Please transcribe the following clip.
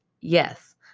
Yes